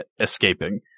escaping